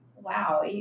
wow